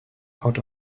out